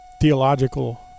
theological